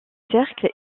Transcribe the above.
cercles